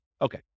Okay